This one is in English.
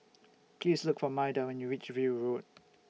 Please Look For Maida when YOU REACH View Road